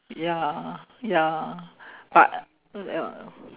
ya ya but ya